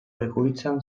egoitzan